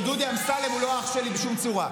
ודודי אמסלם הוא לא אח שלי בשום צורה.